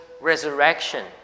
resurrection